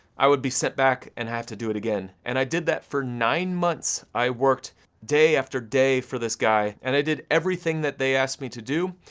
i would be sent back and have to do it again, and i did that for nine months, i worked day, after day for this guy, and i did everything they asked me to do,